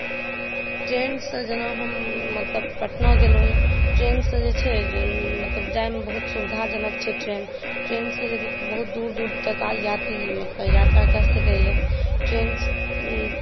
ट्रेनसँ जेना हम मतलब पटना गेलहुँ यऽ ट्रेनसँ जे छै मतलब जायमे बहुत सुविधाजनक छै ट्रेन ट्रेनसँ यदि बहुत दूर दूर तक यात्री मतलब यात्राकेंँ कए सकैया ट्रेन